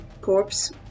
corpse